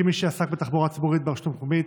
כמי שעסק בתחבורה הציבורית ברשות המקומית,